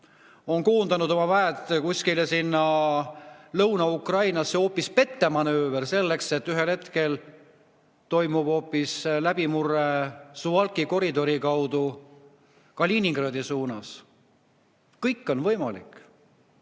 on koondanud oma väed kuskile sinna Lõuna-Ukrainasse, hoopis pettemanööver selleks, et ühel hetkel toimub hoopis läbimurre Suwałki koridori kaudu Kaliningradi suunas? Kõik on võimalik.